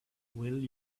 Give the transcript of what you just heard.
will